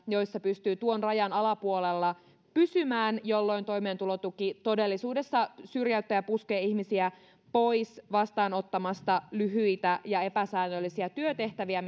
joissa pystyy tuon rajan alapuolella pysymään jolloin toimeentulotuki todellisuudessa syrjäyttää ja puskee ihmisiä pois vastaanottamasta lyhyitä ja epäsäännöllisiä työtehtäviä